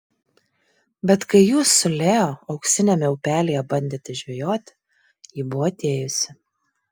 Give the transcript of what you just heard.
bet kai jūs su leo auksiniame upelyje bandėte žvejoti ji buvo atėjusi